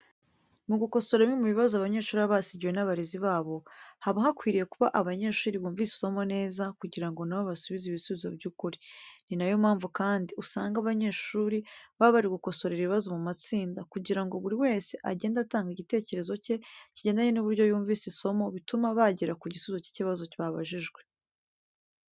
Mu gukosora bimwe mu bibazo abanyeshuri baba basigiwe n'abarezi babo, haba hakwiriye kuba abanyeshuri bumvise isomo neza kugira ngo na bo basubize ibisubizo by'ukuri. Ni nayo mpamvu kandi usanga abanyeshuri baba bari gukosorera ibibazo mu matsinda kugira ngo buri wese agende atanga igitekerezo cye kigendanye n'uburyo yumvise isomo bituma bagera ku gisubizo cy'ikibazo babajijwe.